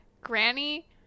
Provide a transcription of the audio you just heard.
Granny